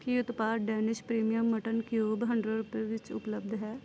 ਕੀ ਉਤਪਾਦ Danish premium mutton cube hundred ਰੁਪਏ ਵਿੱਚ ਉਪਲੱਬਧ ਹੈ